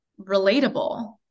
relatable